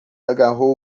agarrou